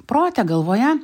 prote galvoje